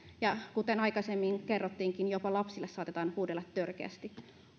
ja kuten aikaisemmin kerrottiinkin jopa lapsille saatetaan huudella törkeästi